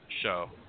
show